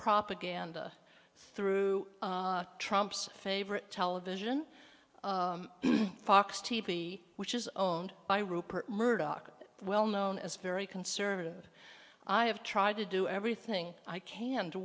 propaganda through trump's favorite television fox t v which is owned by rupert murdoch well known as very conservative i have tried to do everything i can to